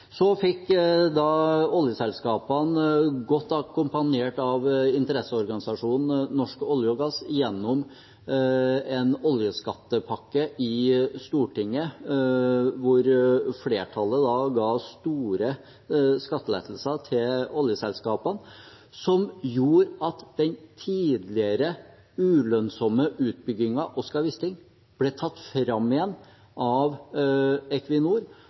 Så fikk oljeselskapene, godt akkompagnert av interesseorganisasjonen Norsk olje og gass, gjennom en oljeskattepakke i Stortinget, hvor flertallet ga store skattelettelser til oljeselskapene som gjorde at den tidligere ulønnsomme utbyggingen av Oscar Wisting ble tatt fram igjen av Equinor,